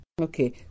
Okay